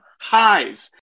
highs